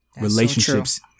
relationships